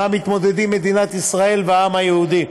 שעמם מתמודדים מדינת ישראל והעם היהודי.